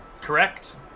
Correct